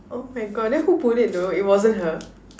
oh my God then who pulled it though it wasn't her